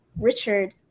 Richard